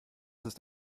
ist